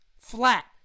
flat